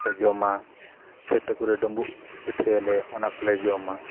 ᱞᱮ ᱡᱚᱢᱟ ᱠᱷᱮᱛ ᱠᱚᱨᱮ ᱰᱩᱸᱵᱩᱜ ᱯᱤᱴᱷᱟᱹᱭᱟᱞᱮ ᱚᱱᱟ ᱠᱚᱞᱮ ᱡᱚᱢᱟ